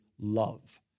love